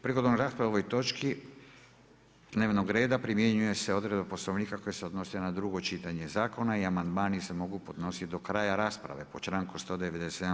Prigodom rasprave o ovoj točki dnevnog reda primjenjuje se odredba Poslovnika koja se odnosi na drugo čitanje zakona i amandmani se mogu podnosit do kraja rasprave po članku 197.